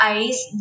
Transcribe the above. ice